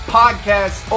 podcast